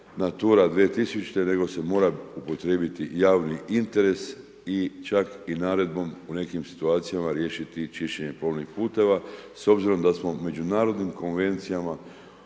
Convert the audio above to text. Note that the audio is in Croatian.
Natura 2000 nego se mora upotrijebiti javni interes i čak i naredbom u nekim situacijama riješiti čišćenje plovnih puteva s obzirom da smo međunarodnim konvencijama